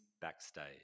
backstage